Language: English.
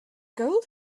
gold